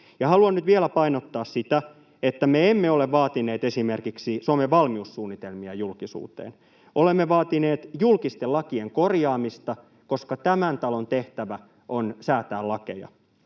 haluan nyt vielä painottaa sitä, että me emme ole vaatineet esimerkiksi Suomen valmiussuunnitelmia julkisuuteen. Olemme vaatineet julkisten lakien korjaamista, koska tämän talon tehtävä on säätää lakeja.